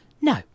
No